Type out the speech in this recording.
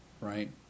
right